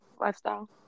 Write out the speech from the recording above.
lifestyle